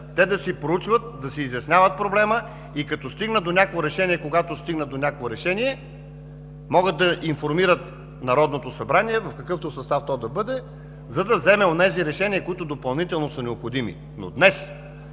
те да си проучват, да си изясняват проблема и като стигнат до някакво решение, когато стигнат до решение, могат да информират Народното събрание в какъвто и състав да бъде то, за да вземе онези решения, които допълнително са необходими.